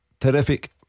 Terrific